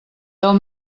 del